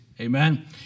amen